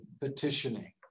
petitioning